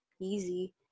easy